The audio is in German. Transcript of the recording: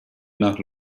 nach